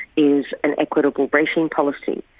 is inequitable briefing policy.